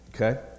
Okay